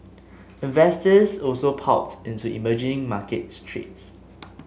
investors also piled into emerging market trades